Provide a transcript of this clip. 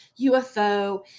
UFO